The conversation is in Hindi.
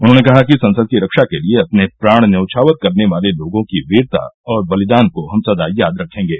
उन्होंने कहा कि संसद की रक्षा के लिए अपने प्राण न्यौछावर करने वाले लोगों की वीरता और बलिदान का हम सदा याद रखेंगे